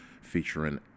featuring